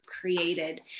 created